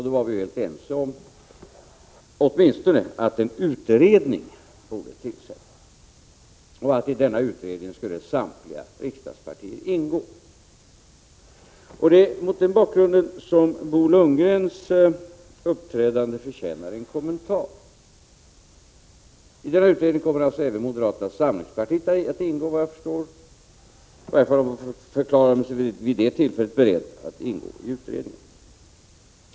Då var vi helt ense åtminstone om att en utredning borde tillsättas och att samtliga riksdagspartier skulle ingå i denna utredning. Det är mot den bakgrunden som Bo Lundgrens uppträdande förtjänar en kommentar. I den här utredningen kommer alltså, såvitt jag förstår, företrädare även för moderata samlingspartiet att ingå. I varje fall förklarade sig moderaterna vid det aktuella tillfället beredda att ingå i utredningen.